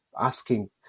asking